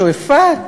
שועפאט,